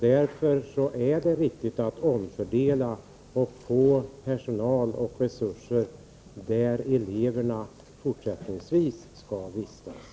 Därför är det riktigt att omfördela resurser och personal dit där eleverna fortsättningsvis skall vistas.